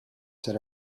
sit